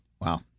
Wow